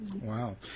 Wow